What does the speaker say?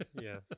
yes